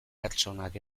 pertsonak